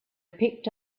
picked